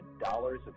dollars